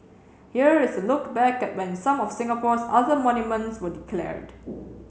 here is a look back at when some of Singapore's other monuments were declared